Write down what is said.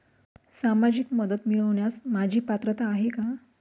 सामाजिक मदत मिळवण्यास माझी पात्रता आहे का?